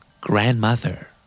Grandmother